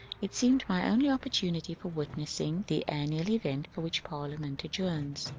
it seemed my only opportunity for witnessing the an nual event for which parliament adjourns.